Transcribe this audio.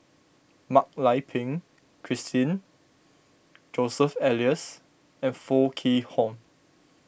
Mak Lai Peng Christine Joseph Elias and Foo Kwee Horng